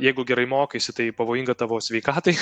jeigu gerai mokaisi tai pavojinga tavo sveikatai